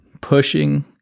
pushing